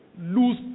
lose